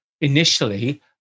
initially